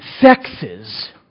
sexes